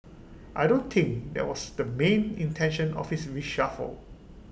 I don't think that was the main intention of this reshuffle